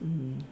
mmhmm